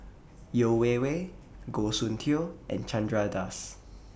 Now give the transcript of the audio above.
Yeo Wei Wei Goh Soon Tioe and Chandra Das